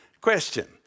Question